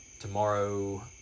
tomorrow